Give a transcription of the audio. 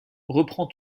reprend